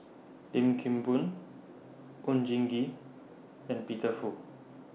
Lim Kim Boon Oon Jin Gee and Peter Fu